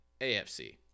afc